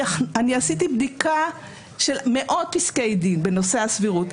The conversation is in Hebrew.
אני עשיתי בדיקה של מאות פסקי דין בנושא הסבירות,